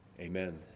Amen